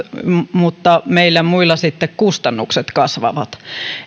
mutta meillä muilla sitten kustannukset kasvavat